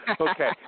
Okay